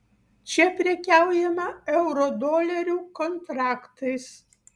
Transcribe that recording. čia prekiaujama eurodolerių kontraktais